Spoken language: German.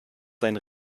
sein